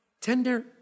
tender